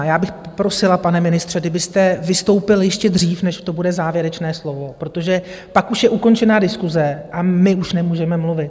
Já bych prosila, pane ministře, kdybyste vystoupil ještě dřív, než bude závěrečné slovo, protože pak už je ukončená diskuse a my už nemůžeme mluvit.